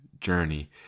journey